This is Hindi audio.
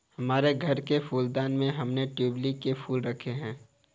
हमारे घर के फूलदान में हमने ट्यूलिप के फूल रखे हैं